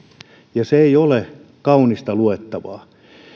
ja se ei ole kaunista luettavaa